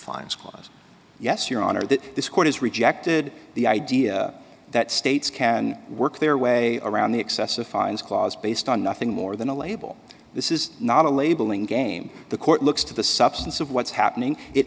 fines cost yes your honor that this court has rejected the idea that states can work their way around the excessive fines clause based on nothing more than a label this is not a labeling game the court looks to the substance of what's happening it